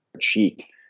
cheek